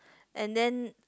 and then